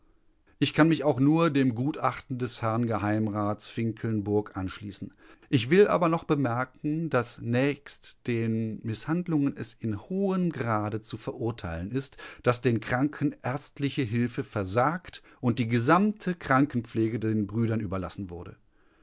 ich kann mich auch nur dem gutachten des herrn geheimrats finkelnburg anschließen ich will aber noch bemerken daß nächst den mißhandlungen es in hohem grade zu verurteilen ist daß den kranken ärztliche hilfe versagt und die gesamte krankenpflege den brüdern überlassen wurde